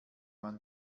man